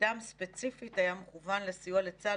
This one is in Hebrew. שתפקידם ספציפית היה מכוון לסיוע לצה"ל